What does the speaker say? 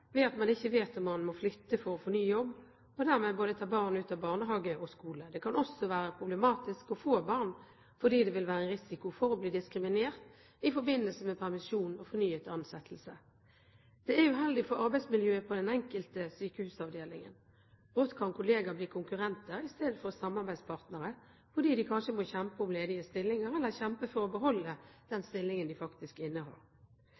ved at man ikke vet om man må flytte for å få ny jobb og dermed ta barn ut av både barnehage og skole. Det kan også være problematisk å få barn, fordi det vil være en risiko for å bli diskriminert i forbindelse med permisjon og fornyet ansettelse. Det er uheldig for arbeidsmiljøet på den enkelte sykehusavdeling. Brått kan kolleger blir konkurrenter i stedet for samarbeidspartnere, fordi de kanskje må kjempe om ledige stillinger eller kjempe for å beholde den stillingen de faktisk innehar.